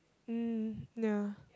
mm ya